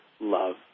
love